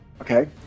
Okay